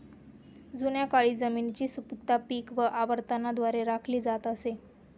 जुन्या काळी जमिनीची सुपीकता पीक आवर्तनाद्वारे राखली जात असे